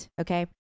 okay